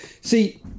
see